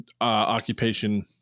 occupation